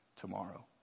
tomorrow